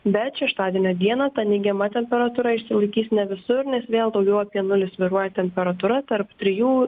bet šeštadienio dieną ta neigiama temperatūra išsilaikys ne visur nes vėl daugiau apie nulį svyruoja temperatūra tarp trijų